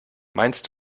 meinst